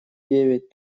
девять